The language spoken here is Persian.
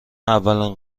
اولین